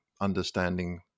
understanding